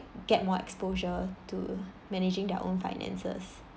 get more exposure to managing their own finances